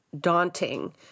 daunting